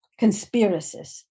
conspiracists